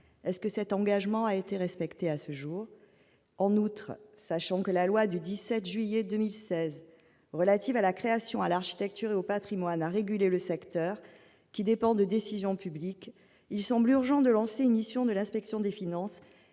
Cet engagement a-t-il été respecté depuis lors ? En outre, sachant que la loi du 17 juillet 2016 relative à la liberté de la création, à l'architecture et au patrimoine a régulé ce secteur, qui dépend des décisions publiques, il semble urgent de lancer une mission de l'Inspection générale des finances.